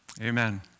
Amen